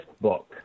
book